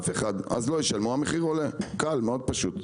אף אחד, לא ישלמו ובגלל זה המחיר עולה, מאוד פשוט.